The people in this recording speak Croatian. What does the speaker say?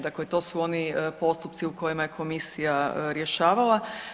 Dakle, to su oni postupci u kojima je komisija rješava.